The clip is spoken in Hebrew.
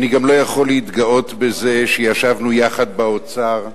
אני גם לא יכול להתגאות בזה שישבנו יחד באוצר,